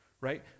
right